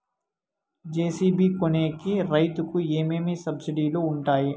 JCB కొనేకి రైతుకు ఏమేమి సబ్సిడి లు వుంటాయి?